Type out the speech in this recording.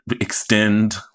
extend